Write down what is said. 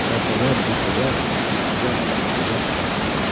दस हजार बिस हजार तिस हजार चालिस हजार पचास हजार